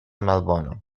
malbono